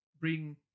bring